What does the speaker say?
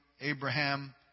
Abraham